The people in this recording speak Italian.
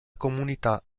comunità